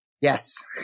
yes